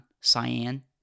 Cyan